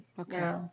Okay